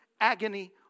agony